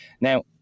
now